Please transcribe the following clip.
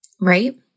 right